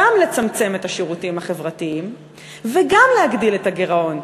גם לצמצם את השירותים החברתיים וגם להגדיל את הגירעון.